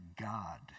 God